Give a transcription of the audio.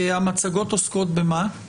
המצגות עוסקות במה, לירון?